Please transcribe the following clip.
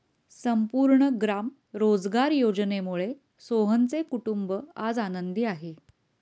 संपूर्ण ग्राम रोजगार योजनेमुळे सोहनचे कुटुंब आज आनंदी आहे